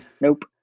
nope